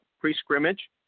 pre-scrimmage